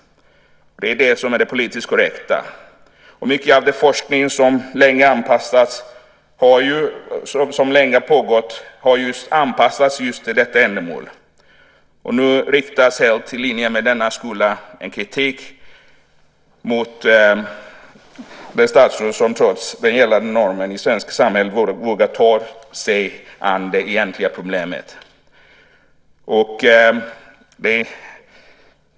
Det är det som är det politiskt korrekta. Mycket av den forskning som länge har pågått har också anpassats just till detta ändamål. Nu riktas, helt i linje med denna skola, en kritik mot det statsråd som trots den gällande normen i det svenska samhället vågar ta sig an det egentliga problemet.